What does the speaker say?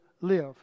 live